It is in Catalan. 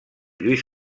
lluís